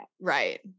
Right